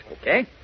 Okay